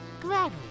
Gladly